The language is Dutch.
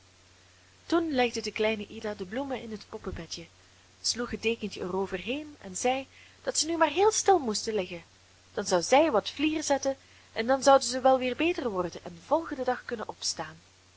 toen legde de kleine ida de bloemen in het poppenbedje sloeg het dekentje er over heen en zei dat zij nu maar heel stil moesten liggen dan zou zij wat vlier zetten en dan zouden zij wel weer beter worden en den volgenden dag kunnen opstaan